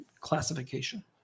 Classification